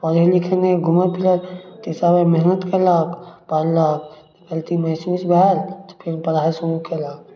पढ़ै लिखै नहि घुमै फिरै तीसरा बेर मेहनति कएलक पढ़लक गलती महसूस भेल तऽ फेर ओ पढ़ाइ शुरू कएलक